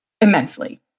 immensely